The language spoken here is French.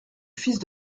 fils